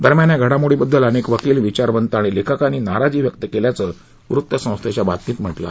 दरम्यान या घडामोडींबद्दल अनेक वकील विचारवंत आणि लेखकांनी नाराजी व्यक्त केल्याचं वृत्त संस्थेच्या बातमीत म्हटलं आहे